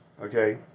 Okay